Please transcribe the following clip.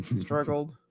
struggled